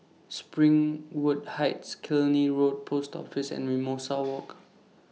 Springwood Heights Killiney Road Post Office and Mimosa Walk